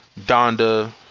Donda